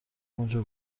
اونجا